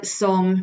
som